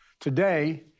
Today